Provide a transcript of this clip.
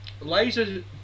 Laser